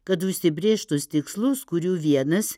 kad užsibrėžtus tikslus kurių vienas